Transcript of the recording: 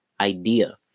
idea